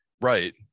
Right